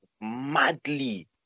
madly